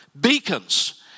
beacons